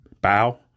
Bow